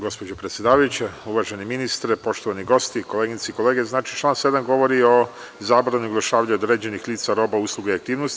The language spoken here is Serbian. Gospođo predsedavajuća, uvaženi ministre, poštovani gosti, koleginice i kolege, član 7. govori o zabrani oglašavanja određenih lica, roba usluga i aktivnosti.